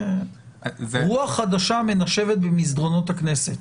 רוח חדשה מנשבת במסדרונות הכנסת.